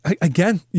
again